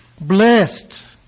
blessed